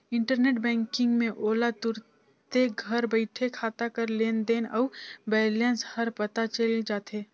internet banking में ओला तुरते घर बइठे खाता कर लेन देन अउ बैलेंस हर पता चइल जाथे